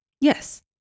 yes